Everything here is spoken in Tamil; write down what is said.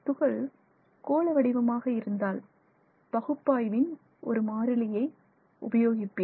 துகள் கோள வடிவமாக இருந்தால் பகுப்பாய்வின் ஒரு மாறிலியை உபயோகிப்பீர்கள்